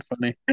funny